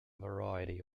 variety